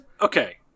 Okay